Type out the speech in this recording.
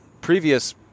previous